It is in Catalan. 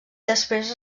després